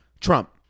Trump